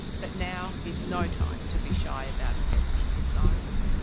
but now is no time to be shy about investment in science,